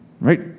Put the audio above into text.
Right